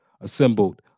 assembled